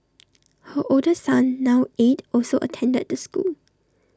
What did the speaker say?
her older son now eight also attended the school